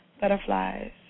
butterflies